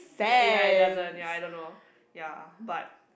ya ya it doesn't ya I don't know but